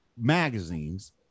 magazines